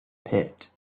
pit